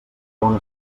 bona